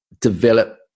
develop